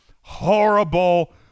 horrible